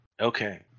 Okay